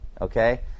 Okay